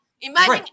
Imagine